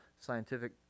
scientific